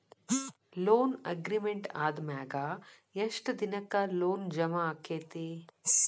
Loan agreement ಆದಮ್ಯಾಗ ಯೆಷ್ಟ್ ದಿನಕ್ಕ ಲೊನ್ ಜಮಾ ಆಕ್ಕೇತಿ?